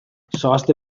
zoazte